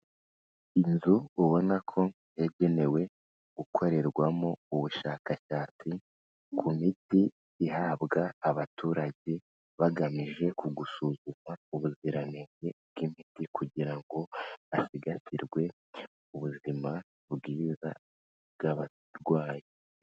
Inzu ubona ko yagenewe gukorerwamo ubushakashatsi ku miti ihabwa abaturage bagamije kugusuzuma ubuziranenge bw'imiti, kugira ngo hasigasirwe ubuzima bwiza bw'abarwayi.